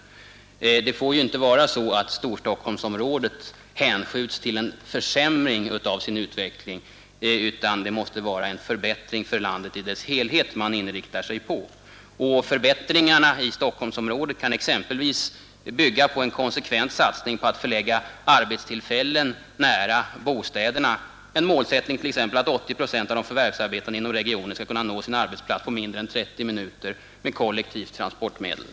Förhållandena i Storstockholmsområdet får inte undergå en försämring vid den fortsatta utvecklingen, utan man måste inrikta sig på en förbättring för landet i dess helhet. Förbättringar i Stockholmsområdet kan exempelvis åstadkommas med en konsekvent satsning på att förlägga arbetstillfällen nära bostäderna, t.ex. med målsättningen att 80 procent av de förvärvsarbetande inom regionen skall kunna nå sina arbetsplatser på mindre än 30 minuter med kollektiva transportmedel.